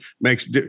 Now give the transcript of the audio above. makes